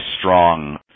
strong